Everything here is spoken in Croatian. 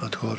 (HDZ)**